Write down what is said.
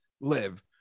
live